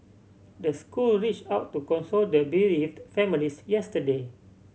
the school reached out to console the bereaved families yesterday